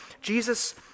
Jesus